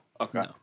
Okay